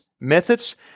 methods